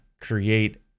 create